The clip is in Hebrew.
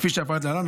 כפי שאפרט להלן,